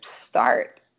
start